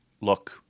look